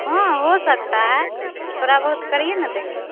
हाँ हो सकता है थोड़ा बहुत करिये न देंगे